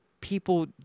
people